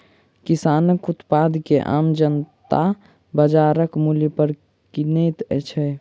किसानक उत्पाद के आम जनता बाजारक मूल्य पर किनैत छै